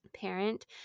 parent